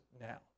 now